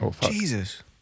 Jesus